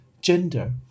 gender